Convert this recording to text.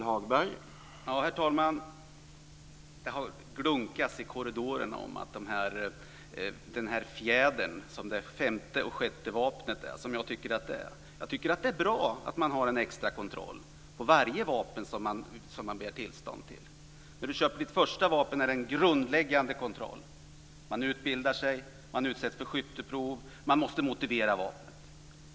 Herr talman! Det har glunkats i korridoren om den fjäder som jag tycker att det femte och sjätte vapnet är. Jag tycker att det är bra att man har en extra kontroll för varje vapen som man begär tillstånd för. När man köper sitt första vapen är det en grundläggande kontroll. Man utbildar sig. Man utsätts för skytteprov. Man måste motivera vapnet.